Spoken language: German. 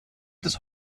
des